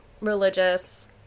religious